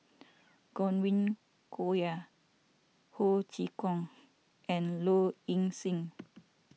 Godwin Koay Ho Chee Kong and Low Ing Sing